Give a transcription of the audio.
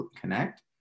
connect